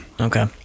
okay